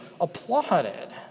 applauded